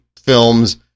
films